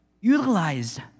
utilized